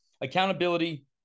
Accountability